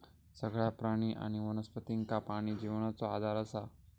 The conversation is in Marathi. सगळ्या प्राणी आणि वनस्पतींका पाणी जिवनाचो आधार असा